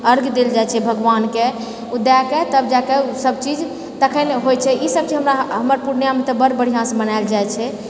अर्घ्य देल जाइत छै भगवानके ओ दए कऽ तब जाए कऽ सबचीज तखनि होइत छै ई सब चीज हमरा हमर पूर्णियामे तऽ बड्ड बढ़िआँसँ मनाएल जाइत छै